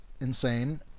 insane